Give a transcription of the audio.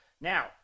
Now